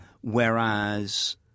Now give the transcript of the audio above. Whereas